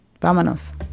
Vámonos